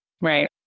Right